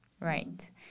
Right